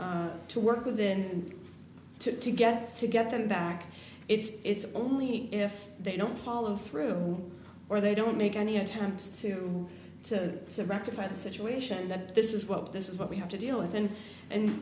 to to work with and to to get to get them back it's only if they don't follow through or they don't make any attempt to to to rectify the situation that this is what this is what we have to deal with then and